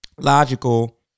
logical